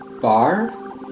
bar